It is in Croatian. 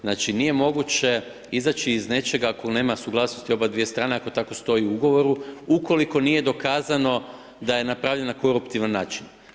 Znači nije moguće izaći iz nečega tko nema suglasnosti oba dvije strane ako tako stoji u ugovoru, ukoliko nije dokazano da je napravljena na koruptivan način.